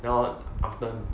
then hor often